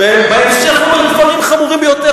בהמשך הוא אומר דברים חמורים ביותר.